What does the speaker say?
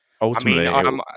ultimately